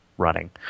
running